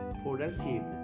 productive